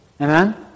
Amen